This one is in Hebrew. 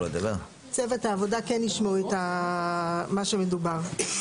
צוות העבודה כן ישמעו את מה שמדובר.